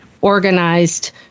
organized